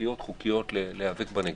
משפטיות חוקיות להילחם, להיאבק בנגיף,